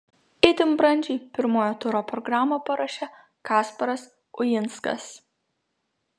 itin brandžiai pirmojo turo programą paruošė kasparas uinskas